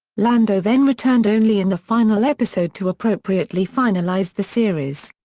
lando then returned only in the final episode to appropriately finalize the series.